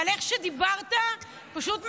אבל איך שדיברת, פשוט מזעזע,